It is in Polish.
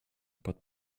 pod